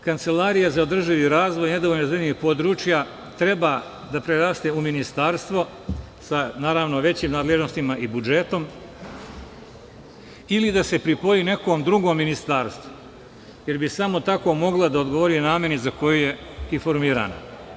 Kancelarija za održivi razvoj nedovoljno razvijenih područja treba da preraste u ministarstvo, sa većim nadležnostima i budžetom ili da se pripoji nekom drugom ministarstvu, jer bi samo tako mogla da odgovori nameni za koju je i formirana.